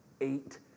eight